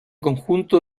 conjunto